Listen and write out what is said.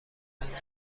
انجام